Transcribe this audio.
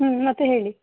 ಹ್ಞೂ ಮತ್ತೆ ಹೇಳಿ